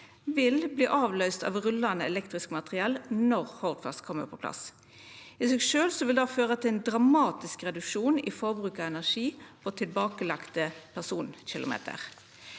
vil verta avløyste av rullande elektrisk materiell når Hordfast kjem på plass. I seg sjølv vil det føra til ein dramatisk reduksjon i forbruket av energi og tilbakelagde personkilometer.